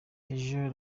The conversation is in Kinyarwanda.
sergio